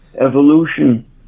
evolution